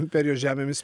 imperijos žemėmis